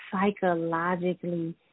psychologically